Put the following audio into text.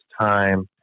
time